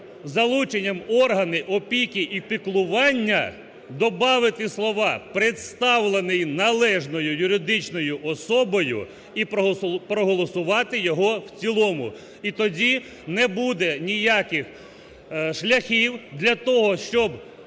залученням органу опіки і піклування" добавити слова "представлений належною юридичною особою" і проголосувати його в цілому. І тоді не буде ніяких шляхів для того, щоб